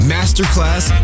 Masterclass